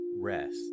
rest